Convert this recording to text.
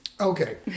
Okay